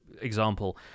example